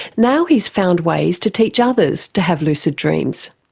now he's found ways to teach others to have lucid dreams.